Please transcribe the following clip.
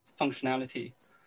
functionality